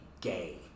gay